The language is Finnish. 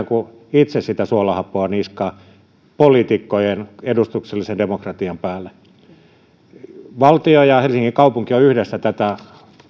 kuin kaataisi itse sitä suolahappoa niskaan poliitikkojen ja edustuksellisen demokratian päälle valtio ja helsingin kaupunki ovat yhdessä tätä